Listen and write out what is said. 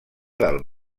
del